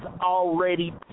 already